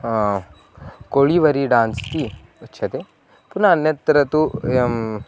Kolaveri dance इति उच्यते पुन अन्यत्र तु एवं